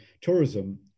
tourism